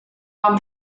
vám